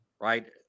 right